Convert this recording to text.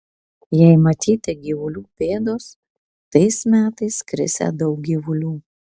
jei matyti gyvulių pėdos tais metais krisią daug gyvulių